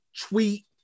Tweet